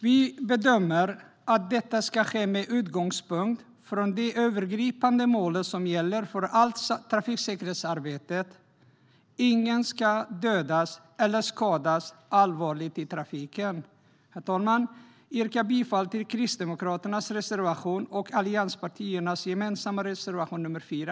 Vi bedömer att detta ska ske med utgångspunkt från det övergripande målet som gäller för allt trafiksäkerhetsarbete: Ingen ska dödas eller skadas allvarligt i trafiken. Herr talman! Jag yrkar bifall till Kristdemokraternas reservation och till allianspartiernas gemensamma reservation nr 4.